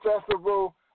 Festival